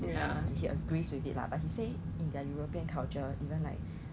eh 有 actually 有人买 leh 我我我妈妈的朋友